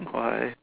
why